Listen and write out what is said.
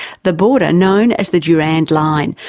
the border, known as the durrand line,